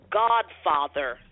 godfather